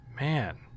Man